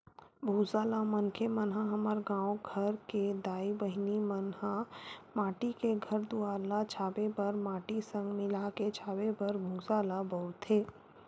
भूसा ल मनखे मन ह हमर गाँव घर के दाई बहिनी मन ह माटी के घर दुवार ल छाबे बर माटी संग मिलाके छाबे बर भूसा ल बउरथे